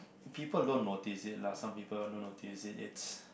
people don't notice it lah some people don't notice it it's